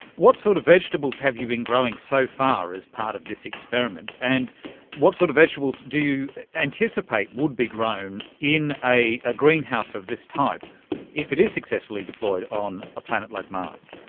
what sort of vegetables have you been growing so far as part of this experiment? and what sort of vegetables do you anticipate would be grown in a greenhouse of this type if it is successfully deployed on a planet like mars?